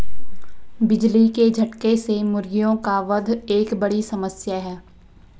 बिजली के झटके से मुर्गियों का वध एक बड़ी समस्या है